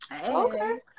Okay